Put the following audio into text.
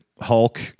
Hulk